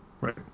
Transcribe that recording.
Right